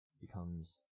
becomes